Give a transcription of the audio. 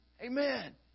Amen